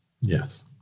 Yes